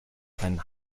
seinen